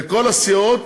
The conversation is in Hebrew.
לכל הסיעות